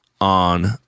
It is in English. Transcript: on